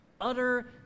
utter